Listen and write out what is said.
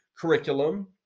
curriculum